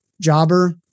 jobber